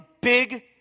big